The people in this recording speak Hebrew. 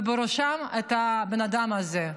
ובראשם את הבן-אדם הזה.